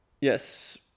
Yes